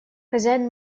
хозяин